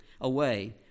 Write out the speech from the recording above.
away